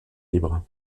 libre